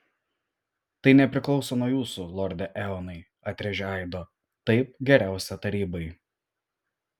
tai nepriklauso nuo jūsų lorde eonai atrėžė aido taip geriausia tarybai